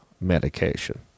medication